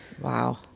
wow